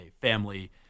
family